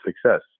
success